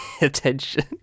attention